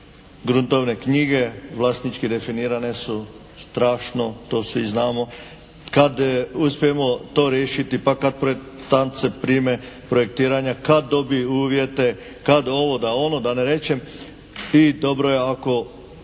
gruntovne knjige vlasnički definirane su strašno, to svi znamo. Kad uspijemo to riješiti pa kad projektant se prime projektiranja, kad dobije uvjete, kad ovo, da ono. Da ne rečem i dobro je ako,